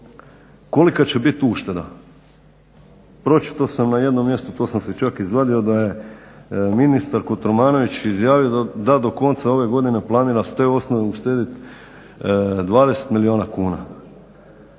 kolika će biti ušteda. Pročitao sam na jednom mjestu, to sam si čak izvadio da je ministar Kotromanović izjavio da do konca ove godine planira s te osnove uštediti 20 milijuna kuna.